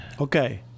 Okay